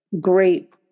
great